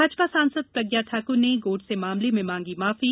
भाजपा सांसद प्रज्ञा ठाक्र ने गोडसे मामले में मांगी माफी